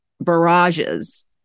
barrages